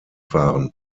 fahren